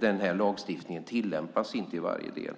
Denna lagstiftning tillämpas dock inte i varje del.